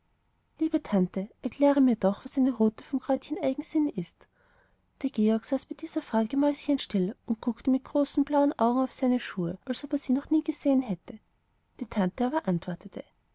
liebe tante erkläre mir doch was eine rute vom kräutchen eigensinn ist der georg saß bei dieser frage mäuschenstill und guckte mit den großen blauen augen auf seine schuhe als ob er sie noch nie gesehen hätte die tante aber antwortete